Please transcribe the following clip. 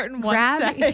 grab